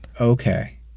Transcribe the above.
Okay